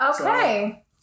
Okay